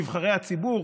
נבחרי הציבור,